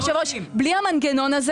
היושב ראש, בלי המנגנון הזה